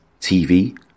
TV